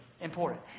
important